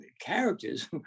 characters